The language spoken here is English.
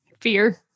Fear